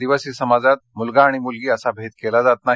आदिवासी समाजात मुलगा आणि मुलगी असा भेद केला जात नाही